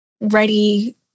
ready